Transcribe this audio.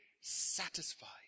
satisfied